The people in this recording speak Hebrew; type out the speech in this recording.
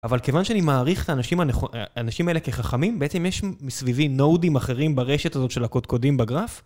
אבל כיוון שאני מעריך את האנשים האלה כחכמים, בעצם יש מסביבי node-ים אחרים ברשת הזאת של הקודקודים בגרף.